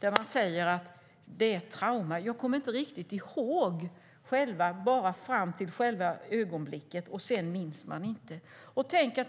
En sådan olycka kan vara ett trauma. Man kanske inte ens kommer ihåg riktigt vad som hände - man minns bara det som skedde precis före själva ögonblicket.